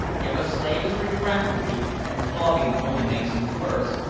if a slave is refractory, and flogging only makes him worse,